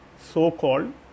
so-called